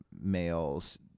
males